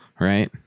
right